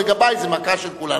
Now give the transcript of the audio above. לגבי זה מכה של כולנו.